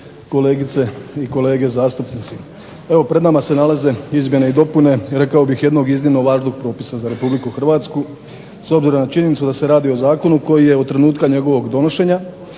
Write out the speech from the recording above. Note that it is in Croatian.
kolegice i kolege zastupnici. Evo pred nama se nalaze izmjene i dopune rekao bih jednog iznimno važnog propisa za Republiku Hrvatsku s obzirom na činjenicu da se radi o zakonu koji je od trenutka njegovog donošenja,